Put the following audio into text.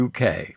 UK